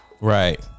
Right